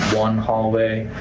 one holiday.